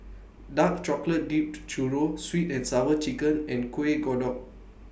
Dark Chocolate Dipped Churro Sweet and Sour Chicken and Kuih Kodok